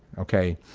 ok?